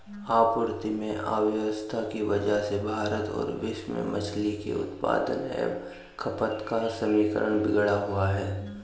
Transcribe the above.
आपूर्ति में अव्यवस्था की वजह से भारत और विश्व में मछली के उत्पादन एवं खपत का समीकरण बिगड़ा हुआ है